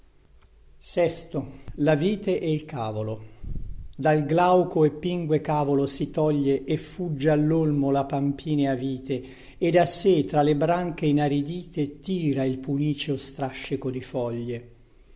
prendi unametista dal glauco e pingue cavolo si toglie e fugge allolmo la pampinea vite ed a sé tra le branche inaridite tira il puniceo strascico di foglie